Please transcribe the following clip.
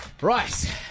Right